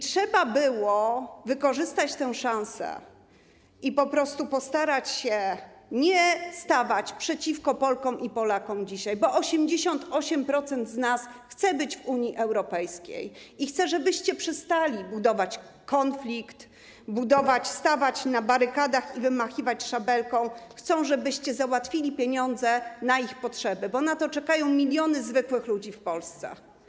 Trzeba było wykorzystać tę szansę i postarać się nie stawać przeciwko Polkom i Polakom dzisiaj, bo 88% z nas chce być w Unii Europejskiej i chce, żebyście przestali budować konflikt, stawać na barykadach i wymachiwać szabelką, chce, żebyście załatwili pieniądze na ich potrzeby, bo na to czekają miliony zwykłych ludzi w Polsce.